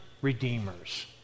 redeemers